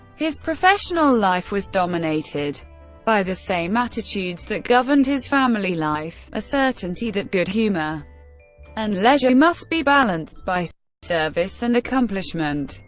his professional life was dominated by the same attitudes that governed his family life a certainty that good humor and leisure must be balanced by service and accomplishment.